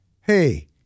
Hey